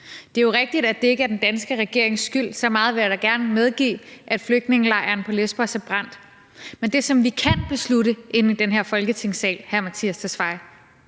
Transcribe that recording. Det er jo rigtigt, at det ikke er den danske regerings skyld – så meget vil jeg da gerne medgive – at flygtningelejren på Lesbos er brændt. Men det, som vi kan beslutte i den her folketingssal, udlændinge- og